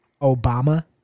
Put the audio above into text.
obama